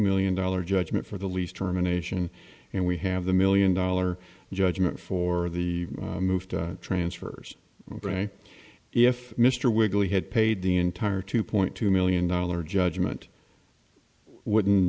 million dollars judgment for the least germination and we have the million dollar judgment for the move to transfers right if mr wiggily had paid the entire two point two million dollar judgment wouldn't